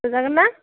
सोजागोन ना